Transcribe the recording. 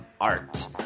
art